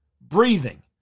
breathing